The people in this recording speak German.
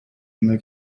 immer